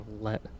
let